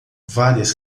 várias